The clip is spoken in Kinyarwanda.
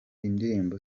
indirimbo